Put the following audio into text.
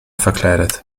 verkleidet